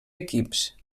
equips